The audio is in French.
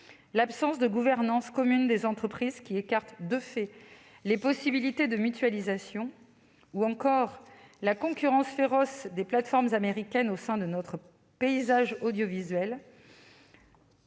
l'absence de gouvernance commune des entreprises, qui écarte de fait les possibilités de mutualisation, ou encore la concurrence féroce des plateformes américaines au sein de notre paysage audiovisuel.